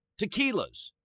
tequilas